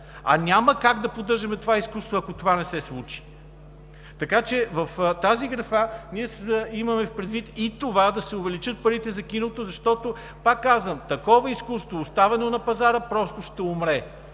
А няма как да поддържаме това изкуство, ако това не се случи. Така че в тази графа ние имаме предвид и това да се увеличат парите за киното, защото, пак казвам, такова изкуство, оставено на пазара, просто ще умре,